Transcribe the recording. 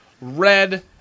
Red